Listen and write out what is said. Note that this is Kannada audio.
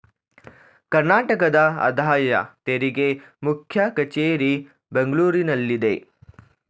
ಕರ್ನಾಟಕದ ಆದಾಯ ತೆರಿಗೆ ಮುಖ್ಯ ಕಚೇರಿ ಬೆಂಗಳೂರಿನಲ್ಲಿದೆ